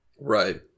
Right